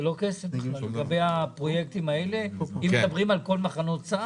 זה לא כסף בכלל לגבי הפרויקטים האלה אם מדברים על כל מחנות צה"ל.